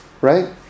right